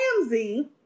Ramsey